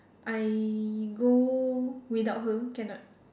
I go without her cannot